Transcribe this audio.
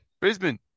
Brisbane